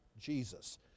Jesus